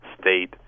state